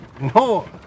no